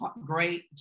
great